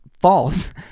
false